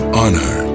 honor